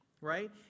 right